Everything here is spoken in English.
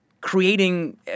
creating